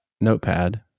notepad